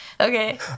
Okay